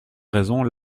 raisons